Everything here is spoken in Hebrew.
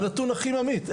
בנתון הכי ממעיט,